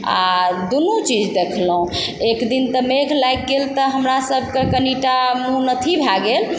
आओर दुनू चीज देखलहुँ एक दिन तऽ मेघ लागि गेल तऽ हमरा सभके कनि टा मोन अथी भए गेल